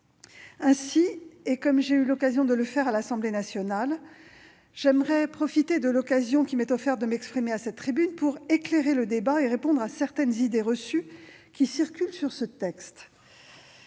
Ainsi, comme j'ai pu le faire à l'Assemblée nationale, je saisis l'occasion qui m'est offerte de m'exprimer à la tribune pour éclairer le débat et répondre à certaines idées reçues qui circulent sur ce texte.